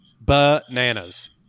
Bananas